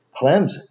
Clemson